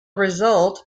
result